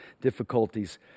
difficulties